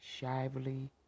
Shively